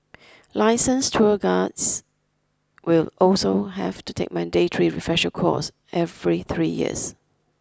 licensed tour guards will also have to take mandatory refresher course every three years